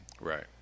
right